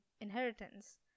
inheritance